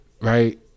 right